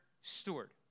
steward